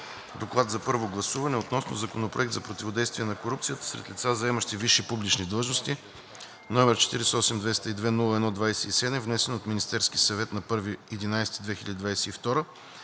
„ДОКЛАД за първо гласуване относно Законопроект за противодействие на корупцията сред лица, заемащи висши публични длъжности, № 48 202-01-27, внесен от Министерския съвет на 1